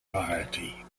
entirety